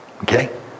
Okay